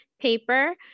paper